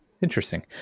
Interesting